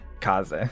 Kaze